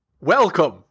Welcome